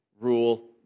rule